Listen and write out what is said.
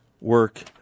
Work